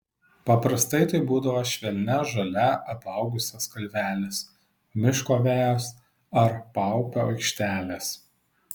paprastai tai būdavo švelnia žole apaugusios kalvelės miško vejos ar paupio aikštelės